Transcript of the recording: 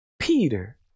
Peter